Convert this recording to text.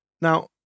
Now